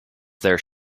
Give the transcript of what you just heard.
there